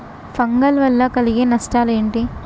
Fungal వల్ల కలిగే నష్టలేంటి?